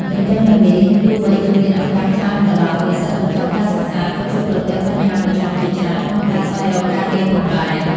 ទន្ទឹមនិងនេះទោះបីជាមានឱកាសច្រើនក៏ដោយ និស្សិតបញ្ចប់ការសិក្សាក៏ជួបប្រទះបញ្ហាប្រឈមជាច្រើនក្នុងការស្វែងរកការងារផងដែរ។